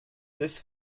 this